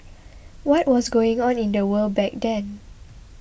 what was going on in the world back then